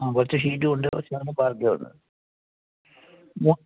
ആ കുറച്ച് ഷീറ്റുമുണ്ട് ശ്യാമ് പർദയുണ്ട് വോ